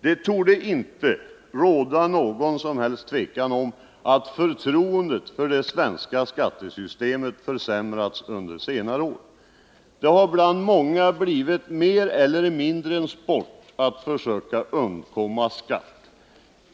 Det torde inte råda något som helst tvivel om att förtroendet för det svenska skattesystemet försämrats under senare år. Bland många har det mer eller mindre blivit en sport att försöka undkomma skatt.